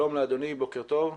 שלום לאדוני, בוקר טוב.